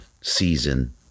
season